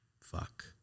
fuck